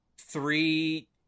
three